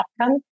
outcome